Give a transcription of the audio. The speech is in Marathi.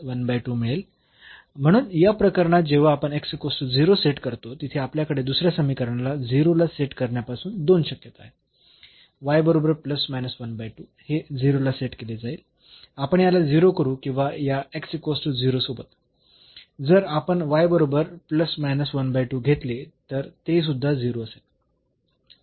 म्हणून या प्रकरणात जेव्हा आपण सेट करतो तिथे आपल्याकडे दुसऱ्या समीकरणाला 0 ला सेट करण्यापासून दोन शक्यता आहेत बरोबर हे 0 ला सेट केले जाईल आपण याला 0 करू किंवा या सोबत जर आपण बरोबर घेतले तर ते सुद्धा 0 असेल